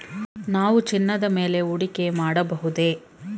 ನಾವು ಚಿನ್ನದ ಮೇಲೆ ಹೂಡಿಕೆ ಮಾಡಬಹುದೇ?